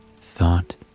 thought